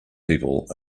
people